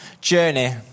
journey